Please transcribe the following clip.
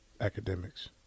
academics